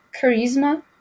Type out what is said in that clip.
charisma